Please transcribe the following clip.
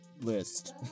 List